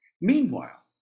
meanwhile